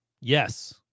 Yes